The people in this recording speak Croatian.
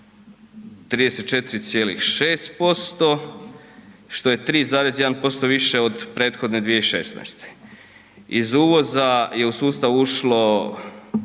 34,6%, što je 3,1% od prethodne 2016. Iz uvoza je u sustav ušlo